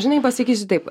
žinai pasakysiu taip